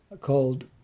called